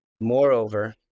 Moreover